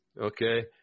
okay